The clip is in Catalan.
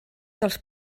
dels